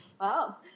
wow